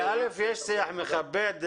אלף יש שיח מכבד.